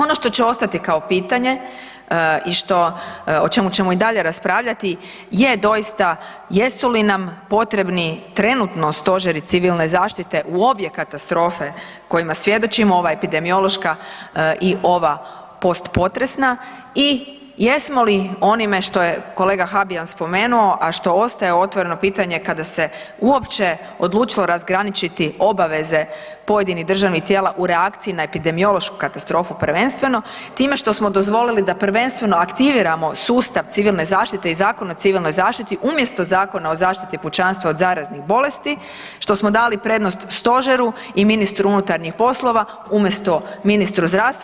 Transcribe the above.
Ono što će ostati kao pitanje i o čemu ćemo i dalje raspravljati je doista jesu li nam potrebni trenutno stožeri civilne zaštite u obje katastrofe kojima svjedočimo, ova epidemiološka i ova post potresna i jesmo li onime što je kolega Habijan spomenuo, a što ostaje otvoreno pitanje kada se uopće odlučilo razgraničiti obaveze pojedinih državnih tijela u reakciji na epidemiološku katastrofu prvenstveno time što smo dozvolili da prvenstveno aktiviramo sustav civilne zaštite i Zakon o civilnoj zaštiti umjesto Zakona o zaštiti pučanstva od zaraznih bolesti, što smo dali prednost stožeru i ministru unutarnjih poslova umjesto ministru zdravstva?